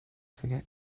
forget